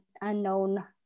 unknown